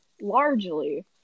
largely